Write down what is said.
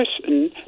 person